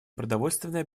продовольственная